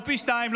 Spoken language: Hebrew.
לא פי שניים,